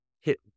hit